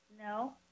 No